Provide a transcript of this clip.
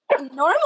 normal